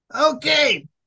Okay